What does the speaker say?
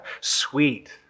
sweet